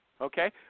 Okay